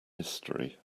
mystery